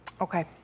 Okay